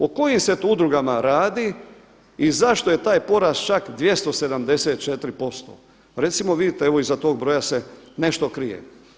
O kojim se to udrugama radi i zašto je taj porast čak 274% recimo vidite evo iza tog broja se nešto krije.